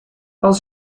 aus